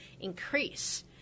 increase